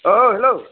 hello